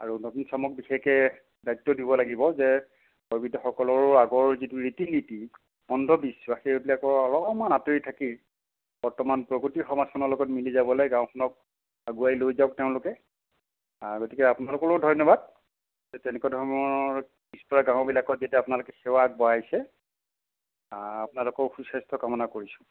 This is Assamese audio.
আৰু নতুন চামক বিশেষকৈ দায়িত্ব দিব লাগিব যে বয়োবৃদ্ধসকলৰো আগৰ যিটো ৰীতি নীতি অন্ধবিশ্বাসৰ সেইবিলাকৰ অলপমান আঁতৰি থাকি বৰ্তমান প্ৰগতিৰ সমাজখনৰ লগত মিলি যাবলৈ গাৱঁখনক আগুৱাই লৈ যাওক তেওঁলোকে আৰু গতিকে আপোনালোকলৈও ধন্যবাদ গতিকে তেনেকুৱা ধৰণৰ পিছপৰা গাওঁবিলাকত যেতিয়া আপোনালোকে সেৱা আগবঢ়াইছে আপোনালোকৰ সু স্বাস্থ্য কামনা কৰিছোঁ